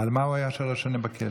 על מה הוא היה שלוש שנים בכלא?